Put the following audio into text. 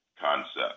concept